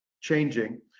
changing